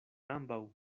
ambaŭ